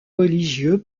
religieux